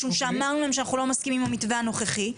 משום שאמרנו להם שאנחנו לא מסכימים למתווה הנוכחי,